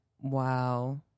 wow